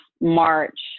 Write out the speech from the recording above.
March